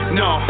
no